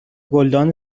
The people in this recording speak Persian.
گلدان